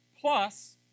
plus